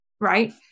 right